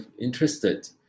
interested